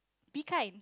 be kind